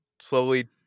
slowly